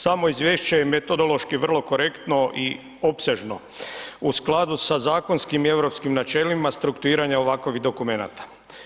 Samo izvješće je metodološki vrlo korektno i opsežno u skladu sa zakonskim i europskim načelima strukturiranja ovakvih dokumenata.